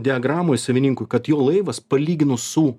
diagramoj savininkui kad jo laivas palyginus su